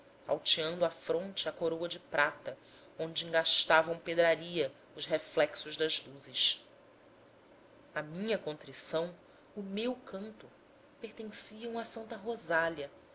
à fronte a coroa de prata onde engastavam pedraria os reflexos das luzes a minha contrição o meu canto pertenciam a santa rosália